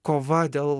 kova dėl